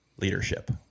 leadership